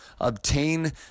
obtain